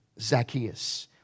Zacchaeus